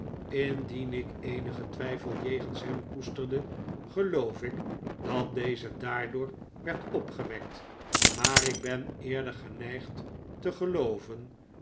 indien ik eenigen twijfel jegens hem koesterde geloof ik dat deze daardoor werd opgewekt maar ik ben eerder geneigd te gelooven